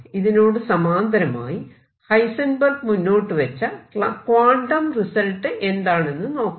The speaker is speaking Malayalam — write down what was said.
ഇതിനോട് സമാന്തരമായി ഹൈസെൻബെർഗ് മുന്നോട്ടുവച്ച ക്വാണ്ടം റിസൾട്ട് എന്താണെന്ന് നോക്കാം